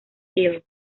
steel